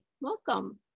Welcome